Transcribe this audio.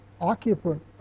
occupant